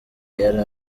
yari